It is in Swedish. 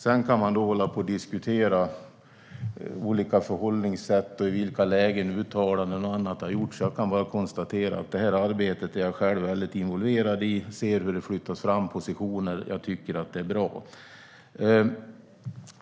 Sedan kan man hålla på och diskutera olika förhållningssätt och i vilka lägen uttalanden och annat har gjorts. Jag kan bara konstatera att jag själv är väldigt involverad i det här arbetet och att jag ser hur positionerna flyttas fram. Jag tycker att det är bra.